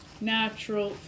natural